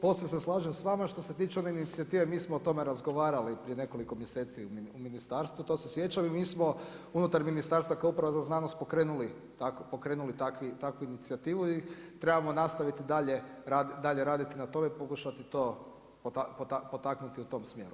Posve se slažem sa vama što se tiče ove inicijative mi smo o tome razgovarali prije nekoliko mjeseci u ministarstvu to se sjećam i mi smo unutar ministarstva kao uprava za znanost pokrenuli takvu inicijativu i trebamo dalje raditi na tome pokušati to potaknuti u tom sjeru.